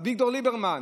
אביגדור ליברמן,